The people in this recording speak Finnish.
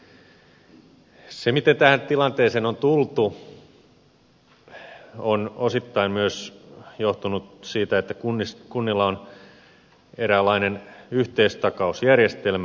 se miten tähän tilanteeseen on tultu on osittain myös johtunut siitä että kunnilla on eräänlainen yhteistakausjärjestelmä